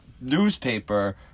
newspaper